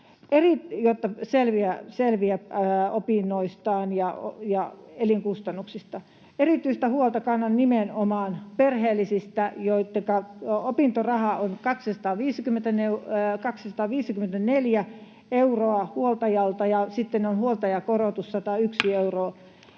jotta selviää opinnoistaan ja elinkustannuksista. Erityistä huolta kannan nimenomaan perheellisistä, joittenka opintoraha on 254 euroa huoltajalta, ja sitten on huoltajakorotus 101 euroa,